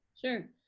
Sure